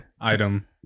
item